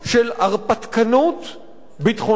ביטחונית וצבאית מרחיקת לכת.